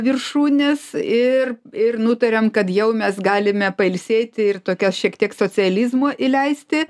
viršūnės ir ir nutariam kad jau mes galime pailsėti ir tokio šiek tiek socializmui įleisti